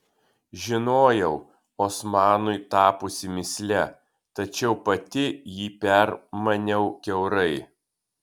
žinojau osmanui tapusi mįsle tačiau pati jį permaniau kiaurai